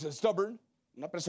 stubborn